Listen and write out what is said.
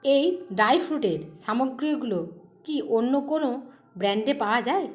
এই ড্রাই ফ্রুটের সামগ্রীগুলো কি অন্য কোনো ব্র্যান্ডে পাওয়া যায়